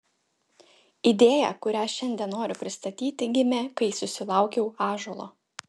idėja kurią šiandien noriu pristatyti gimė kai susilaukiau ąžuolo